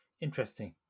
Interesting